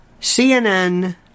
CNN